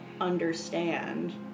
understand